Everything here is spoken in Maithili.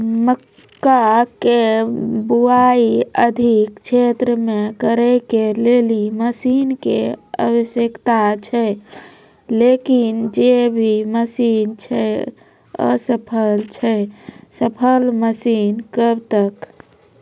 मक्का के बुआई अधिक क्षेत्र मे करे के लेली मसीन के आवश्यकता छैय लेकिन जे भी मसीन छैय असफल छैय सफल मसीन कब तक?